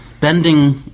bending